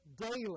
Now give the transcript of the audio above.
daily